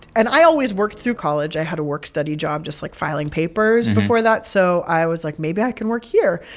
and i always worked through college. i had a work-study job just like filing papers before that. so i was, like, maybe i can work here.